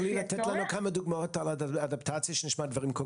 אפשר יהיה לקחת בצורה מרחבית כל שכונה,